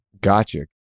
Gotcha